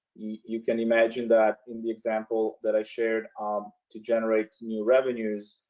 you can imagine that in the example that i shared um to generate new revenues,